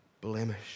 blemish